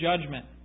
judgment